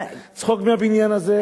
צחוק מהבניין הזה.